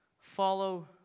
follow